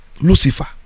Lucifer